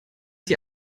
die